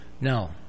no